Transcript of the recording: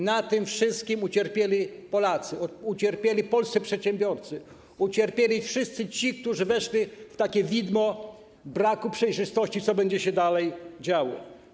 Na tym wszystkim ucierpieli Polacy, ucierpieli polscy przedsiębiorcy, ucierpieli wszyscy ci, którzy ujrzeli widmo braku przejrzystości, co będzie się dalej działo.